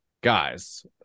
guys